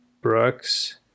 brooks